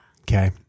Okay